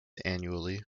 annually